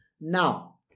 Now